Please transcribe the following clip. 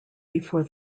before